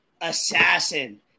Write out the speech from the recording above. Assassin